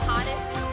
Hottest